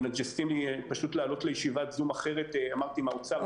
מנג'סים לי פה לעלות לישיבת זום אחרת עם האוצר,